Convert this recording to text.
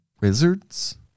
Wizards